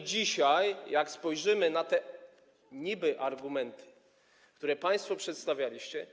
Gdy dzisiaj spojrzymy na te niby-argumenty, które państwo przedstawialiście.